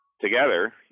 together